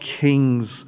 kings